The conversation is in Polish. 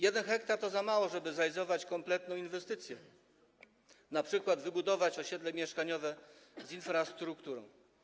1 ha to za mało, żeby zrealizować kompletną inwestycję, np. wybudować osiedle mieszkaniowe z infrastrukturą.